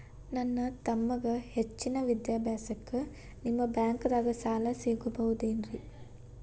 ನನ್ನ ತಮ್ಮಗ ಹೆಚ್ಚಿನ ವಿದ್ಯಾಭ್ಯಾಸಕ್ಕ ನಿಮ್ಮ ಬ್ಯಾಂಕ್ ದಾಗ ಸಾಲ ಸಿಗಬಹುದೇನ್ರಿ?